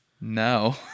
No